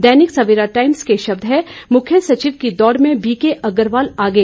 दैनिक Savera Times के शब्द हैं मुख्य सचिव की दौड़ में बी के अग्रवाल आगे